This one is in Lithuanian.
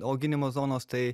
auginimo zonos tai